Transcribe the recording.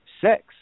sex